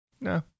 No